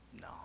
no